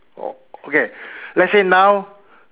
okay let's say now